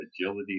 agility